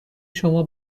شما